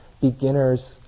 beginner's